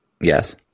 Yes